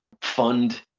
fund